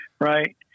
right